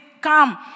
come